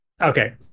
okay